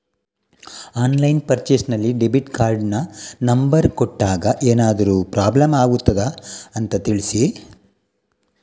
Online purchase ನಲ್ಲಿ debit ಕಾರ್ಡಿನ number ಕೊಟ್ಟಾಗ ಏನಾದರೂ ಪ್ರಾಬ್ಲಮ್ ಆಗುತ್ತದ ಅಂತ ತಿಳಿಸಿ?